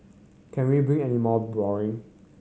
can we been any more boring